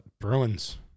Bruins